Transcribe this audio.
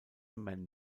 man